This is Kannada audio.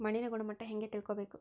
ಮಣ್ಣಿನ ಗುಣಮಟ್ಟ ಹೆಂಗೆ ತಿಳ್ಕೊಬೇಕು?